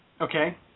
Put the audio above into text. Okay